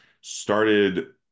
started